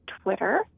Twitter